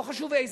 לא חשוב איזה.